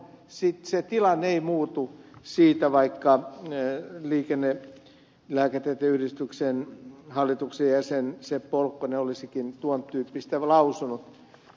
se tilanne ei muutu siitä vaikka liikennelääketieteen yhdistyksen hallituksen jäsen seppo olkkonen olisikin tuon tyyppistä lausunut